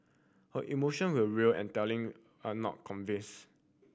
her emotion were real and telling and not convince